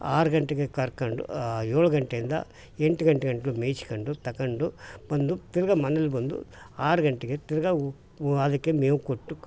ಆರು ಗಂಟೆಗೆ ಕರ್ಕೊಂಡು ಏಳು ಗಂಟೆಯಿಂದ ಎಂಟು ಗಂಟೆಗಂಟ್ಲೂ ಮೇಯಿಸ್ಕೊಂಡು ತಗಂಡು ಬಂದು ತಿರ್ಗಿ ಮನೆಯಲ್ ಬಂದು ಆರು ಗಂಟೆಗೆ ತಿರ್ಗಿ ವ ಅದಕ್ಕೆ ಮೇವು ಕೊಟ್ಟು